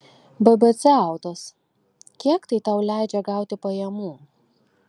bbc autos kiek tai tau leidžia gauti pajamų